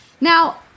Now